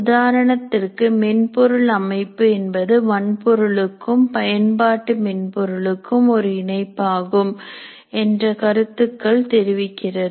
உதாரணத்திற்கு மென்பொருள் அமைப்பு என்பது வன்பொருளும் பயன்பாட்டு மென்பொருளுக்கும் ஒரு இணைப்பாகும் என்று கருத்துக்கள் தெரிவிக்கிறது